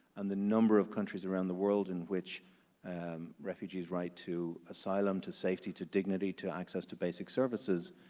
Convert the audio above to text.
and the number of countries around the world in which um refugees' right to asylum, to safety, to dignity, to access to basic services,